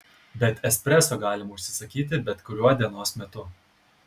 bet espreso galima užsisakyti bet kuriuo dienos metu